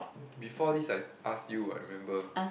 before this I ask you what remember